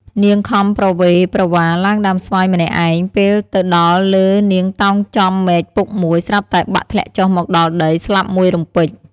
នាងខំប្រវេប្រវាឡើងដើមស្វាយម្នាក់ឯង ពេលទៅដល់លើនាងតោងចំមែកពុកមួយ ស្រាប់តែបាក់ធ្លាក់ចុះមកដល់ដី ស្លាប់មួយរំពេច។